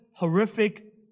horrific